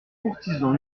courtisan